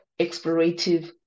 explorative